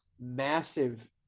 massive